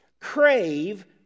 crave